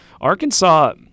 Arkansas –